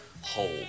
hold